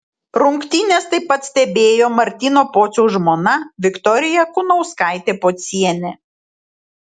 rungtynes taip pat stebėjo martyno pociaus žmona viktorija kunauskaitė pocienė